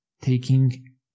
taking